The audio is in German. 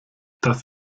das